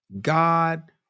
god